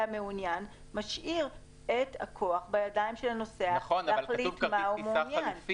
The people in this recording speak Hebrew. מעוניין" משאיר את הכוח בידיים של הנוסע להחליט מה הוא מעוניין.